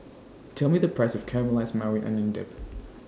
Tell Me The Price of Caramelized Maui Onion Dip